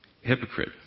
Hypocrite